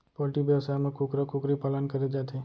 poultry बेवसाय म कुकरा कुकरी पालन करे जाथे